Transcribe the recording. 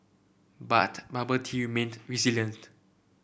but bubble tea remained resilient